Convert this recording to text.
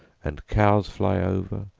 and cows fly over,